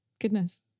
Goodness